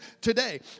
today